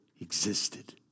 existed